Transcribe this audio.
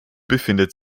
befindet